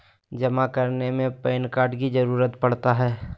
जमा करने में पैन कार्ड की जरूरत पड़ता है?